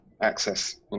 access